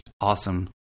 awesome